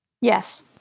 Yes